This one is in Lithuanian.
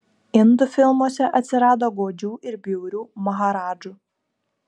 indų filmuose atsirado godžių ir bjaurių maharadžų